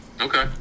Okay